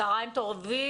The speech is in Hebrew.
צוהריים טובים,